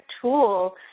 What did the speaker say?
tool